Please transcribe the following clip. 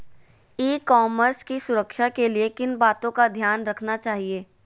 ई commerce की सुरक्षा के लिए किन बातों का ध्यान रखना चाहिए?